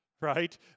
right